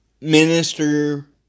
Minister